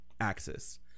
axis